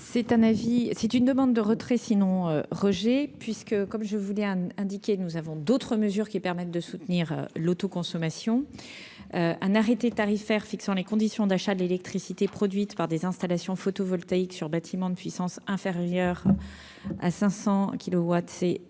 c'est une demande de retrait sinon rejet puisque comme je voulais, a indiqué : nous avons d'autres mesures qui permettent de soutenir. L'autoconsommation un arrêté tarifaire fixant les conditions d'achat de l'électricité produite par des installations photovoltaïques sur bâtiment de puissance inférieur à 500